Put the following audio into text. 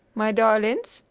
my darlings,